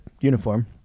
uniform